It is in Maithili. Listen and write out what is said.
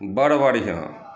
बड़ बढ़िआँ